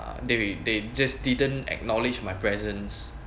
uh they they just didn't acknowledge my presence